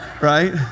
right